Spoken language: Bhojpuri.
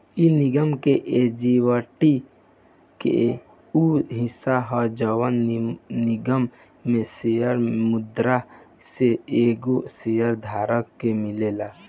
इ निगम के एक्विटी के उ हिस्सा ह जवन निगम में शेयर मुद्दा से एगो शेयर धारक के मिलेला